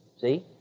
See